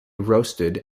roasted